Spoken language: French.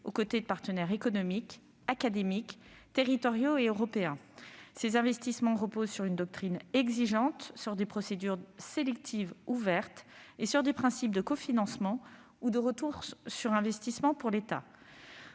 au côté de partenaires économiques, académiques, territoriaux et européens. Ses investissements reposent sur une doctrine exigeante, des procédures sélectives ouvertes et des principes de cofinancement ou de retour sur investissement pour l'État.